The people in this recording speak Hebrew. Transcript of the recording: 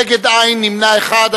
נגד, אין, נמנע אחד.